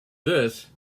this